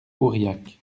aurillac